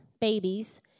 babies